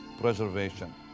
preservation